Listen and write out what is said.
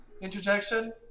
Interjection